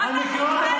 חוצפן.